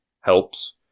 helps